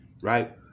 Right